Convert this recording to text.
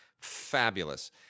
Fabulous